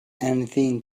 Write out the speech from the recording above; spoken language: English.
anything